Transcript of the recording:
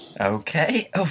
Okay